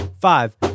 five